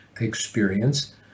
experience